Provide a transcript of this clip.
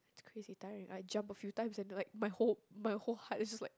it's crazy tiring I jumped a few times and like my whole my whole heart is just like